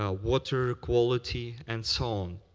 ah water quality, and so on.